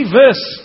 verse